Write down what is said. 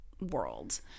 world